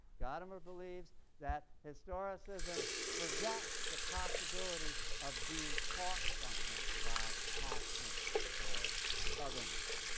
gadamer believes that historicism forgets the possibility of being taught something by past-ness or otherness.